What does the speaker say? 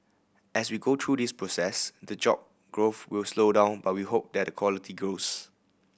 as we go through this process the job growth will slow down but we hope that the quality grows